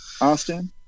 Austin